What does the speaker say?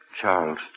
Charles